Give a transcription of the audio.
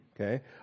Okay